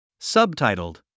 Subtitled